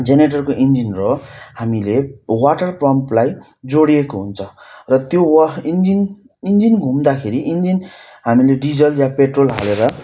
जेनेरेटरको engine र हामीले water पम्पलाई जोडिएको हुन्छ र त्यो वा इन्जिन इन्जिन घुम्दाखेरि इन्जिन हामीले डिजल या पेट्रोल हालेर